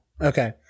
okay